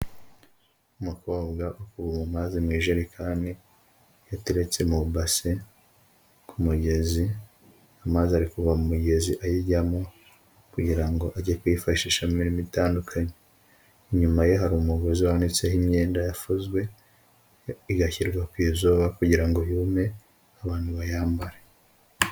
Umukobwa uri kuvoma amazi mu ijerekani yateretse mu ibase ku mugezi, amazi ari kuva mu mugezi ayijyamo kugira ngo ajye kwifashisha imirimo itandukanye. Inyuma ye hari umugozi wanitseho imyenda yafuzwe igashyirwa ku izuba kugira ngo yume abantu bayambare.